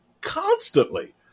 constantly